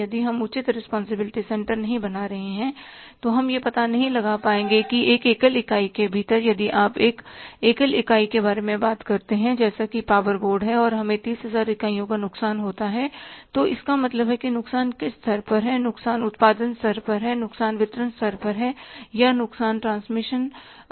यदि हम उचित रिस्पांसिबिलिटी सेंटरनहीं बना रहे हैं तो हम यह पता नहीं लगा पाएंगे कि एक एकल इकाई के भीतर यदि आप एक एकल इकाई के बारे में बात करते हैं जैसे कि पावर बोर्ड है और हमें 30000 इकाइयों का नुकसान होता है तो इसका मतलब है नुकसान किस स्तर पर है नुकसान उत्पादन स्तर पर है नुकसान वितरण स्तर पर है या नुकसान ट्रांसमिशन स्तर पर है